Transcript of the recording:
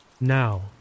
Now